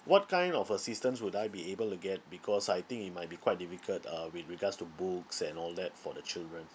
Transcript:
what kind of assistance would I be able to get because I think it might be quite difficult uh with regards to books and all that for the children